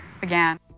began